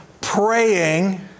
praying